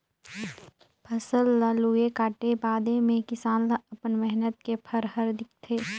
फसल ल लूए काटे बादे मे किसान ल अपन मेहनत के फर हर दिखथे